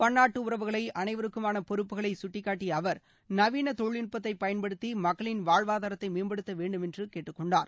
பள்ளாட்டு உறவுகளை அனைவருக்குமான பொறுப்புகளை சுட்டிக்காட்டிய தொழில்நுட்பத்தை பயன்படுத்தி மக்களின் வாழ்வாதாரத்தை மேம்படுத்த வேண்டும் என்று கேட்டுக் கொண்டார்